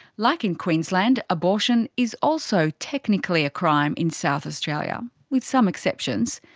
like in queensland, abortion is also technically a crime in south australia, with some exceptions.